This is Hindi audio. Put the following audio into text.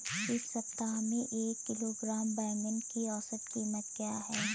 इस सप्ताह में एक किलोग्राम बैंगन की औसत क़ीमत क्या है?